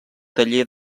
taller